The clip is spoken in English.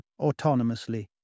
autonomously